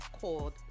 called